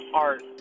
art